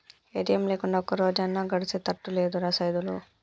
ATM లేకుంటే ఒక్కరోజన్నా గడిసెతట్టు లేదురా సైదులు